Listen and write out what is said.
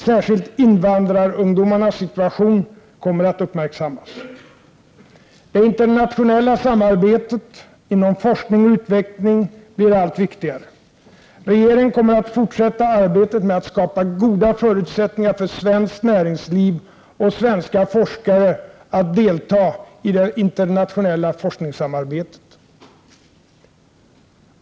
Särskilt invandrarungdomarnas situation kommer att uppmärksammas. Det internationella samarbetet inom forskning och utveckling blir allt viktigare. Regeringen kommer att fortsätta arbetet med att skapa goda förutsättningar för svenskt näringsliv och svenska forskare att delta i det internationella forskningssamarbetet.